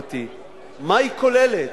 מה היא כוללת,